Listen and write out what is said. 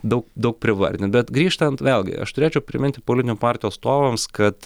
daug daug privardint bet grįžtant vėlgi aš turėčiau priminti politinių partijų atstovams kad